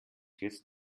jetzt